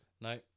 No